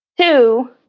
two